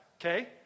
okay